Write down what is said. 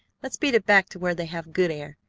let's beat it back to where they have good air.